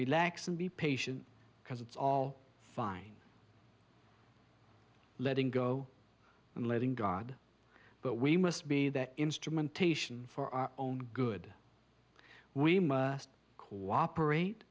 relax and be patient because it's all fine letting go and letting god but we must be that instrumentation for our own good we must cooperate